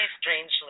strangely